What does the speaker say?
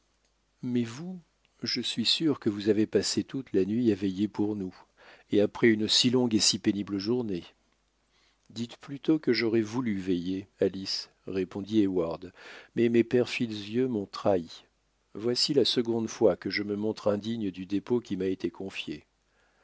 mais vous je suis sûre que vous avez passé toute la nuit à veiller pour nous et après une si longue et si pénible journée dites plutôt que j'aurais voulu veiller alice répondit heyward mais mes perfides yeux m'ont trahi voici la seconde fois que je me montre indigne du dépôt qui m'a été confié